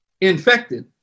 infected